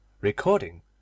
Recording